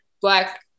black